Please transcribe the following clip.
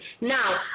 Now